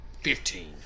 Fifteen